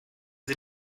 sie